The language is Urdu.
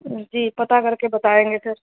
جی پتہ کر کے بتائیں گے پھر